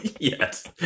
Yes